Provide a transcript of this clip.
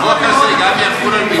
החוק הזה גם יחול על ביטוח, ?